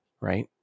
right